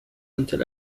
until